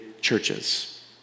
churches